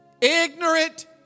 ignorant